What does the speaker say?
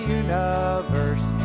universe